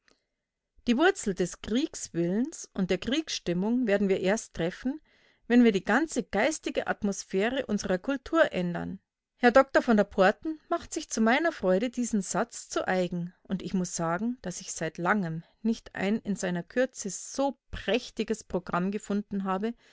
die wurzel des kriegswillens und der kriegsstimmung werden wir erst treffen wenn wir die ganze geistige atmosphäre unserer kultur ändern herr dr von der porten macht sich zu meiner freude diesen satz zu eigen und ich muß sagen daß ich seit langem nicht ein in seiner kürze so prächtiges programm gefunden habe